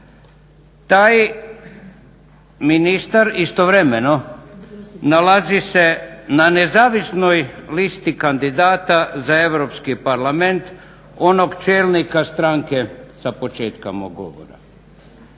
Taj ministar istovremeno nalazi se na nezavisnoj listi kandidata za EU parlament onog čelnika stranke sa početka mog govora.